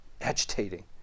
agitating